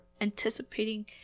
anticipating